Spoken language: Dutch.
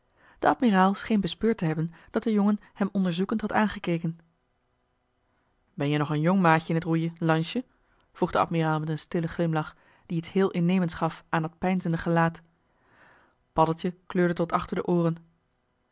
de admiraal scheen bespeurd te hebben dat de jongen hem onderzoekend had aangekeken ben-je nog een jongmaatje in t roeien lansje vroeg de admiraal met een stillen glimlach die iets heel innemends gaf aan dat peinzende gelaat paddeltje kleurde tot achter de ooren